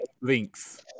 links